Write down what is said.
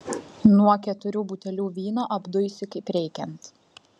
nuo keturių butelių vyno apduisi kaip reikiant